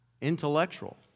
intellectual